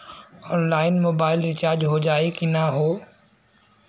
Online mobile recharge हो जाई की ना हो?